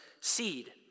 seed